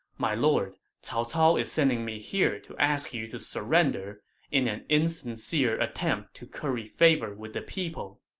my lord, cao cao is sending me here to ask you to surrender in an insincere attempt to curry favor with the people.